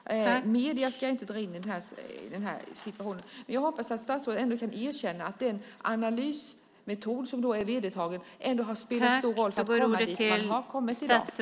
Medierna ska jag inte dra in i detta, men jag hoppas att statsrådet ändå ska erkänna att den analysmetod som är vedertagen har spelat stor roll för att man har kommit dit man har kommit i dag.